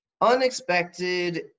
Unexpected